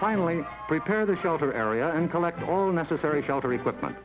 finally prepare the shelter area and collect all necessary shelter equipment